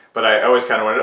but i always kind of went,